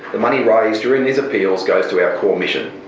the money raised during these appeals goes to our core mission,